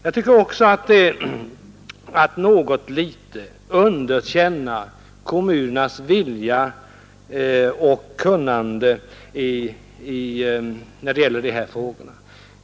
Jag tycker också att det är att nägot underkänna kommunernas vilja och kunnande när det gäller dessa frågor.